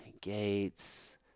Gates